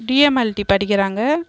DMLT படிக்கிறாங்க